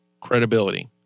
Credibility